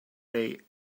they